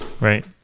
Right